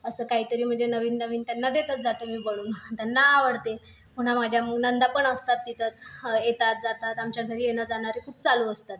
असं काहीतरी म्हणजे नवीननवीन त्यांना देतच जाते मी बनवून त्यांना आवडते पुन्हा माझ्या नणंदा पण असतात तिथेच येतातजातात आमच्या घरी येणंजाणारे खूप चालू असतात